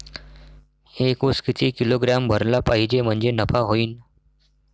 एक उस किती किलोग्रॅम भरला पाहिजे म्हणजे नफा होईन?